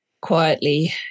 quietly